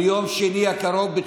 ביום שני הקרוב,